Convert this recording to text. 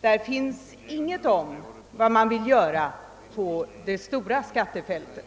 Där finns ingenting om vad man vill göra på det stora skattefältet.